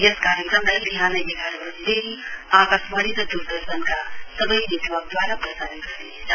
यस कार्यक्रमलाई विहान एघार वजीदेखि आकाशवाणी र द्रदर्शनका सवै नेटवर्कद्वारा प्रसारित गरिनेछ